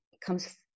comes